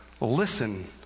Listen